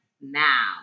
now